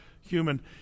human